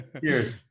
Cheers